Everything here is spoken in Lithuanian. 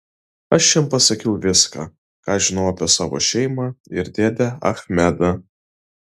aš jam pasakiau viską ką žinojau apie savo šeimą ir dėdę achmedą